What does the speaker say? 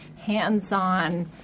hands-on